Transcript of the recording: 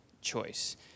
choice